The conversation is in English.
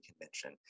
Convention